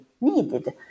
needed